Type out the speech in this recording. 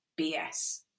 BS